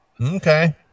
Okay